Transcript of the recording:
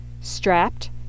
strapped